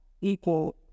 equal